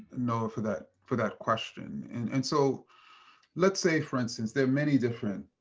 noah, for that for that question. and and so let's say, for instance, there are many different